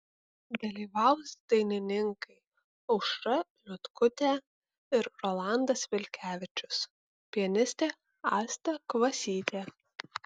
dalyvaus dainininkai aušra liutkutė ir rolandas vilkevičius pianistė asta kvasytė